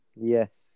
Yes